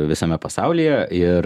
visame pasaulyje ir